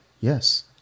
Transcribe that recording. Yes